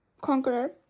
Conqueror